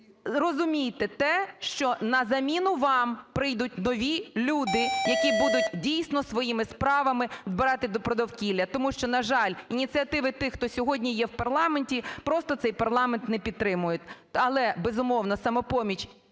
зрозумійте те, що на заміну вам прийдуть нові люди, які будуть, дійсно, своїми справами дбати про довкілля, тому що, на жаль, ініціативи тих, хто сьогодні є в парламенті, просто цей парламент не підтримують. Але, безумовно, "Самопоміч"